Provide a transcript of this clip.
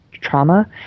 trauma